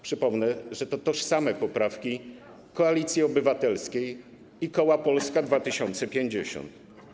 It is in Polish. Przypomnę, że to tożsame poprawki Koalicji Obywatelskiej i koła Polska 2050.